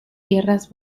tierras